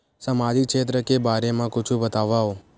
सामाजिक क्षेत्र के बारे मा कुछु बतावव?